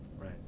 right